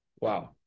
Wow